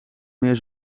meer